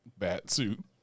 batsuit